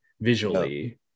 visually